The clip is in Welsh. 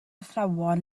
athrawon